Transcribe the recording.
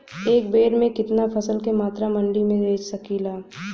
एक बेर में कितना फसल के मात्रा मंडी में बेच सकीला?